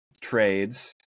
trades